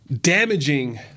damaging